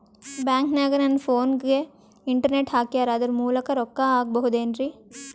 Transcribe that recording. ಬ್ಯಾಂಕನಗ ನನ್ನ ಫೋನಗೆ ಇಂಟರ್ನೆಟ್ ಹಾಕ್ಯಾರ ಅದರ ಮೂಲಕ ರೊಕ್ಕ ಹಾಕಬಹುದೇನ್ರಿ?